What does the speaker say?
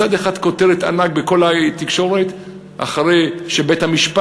מצד אחד כותרת ענק בכל התקשורת: אחרי שבית-המשפט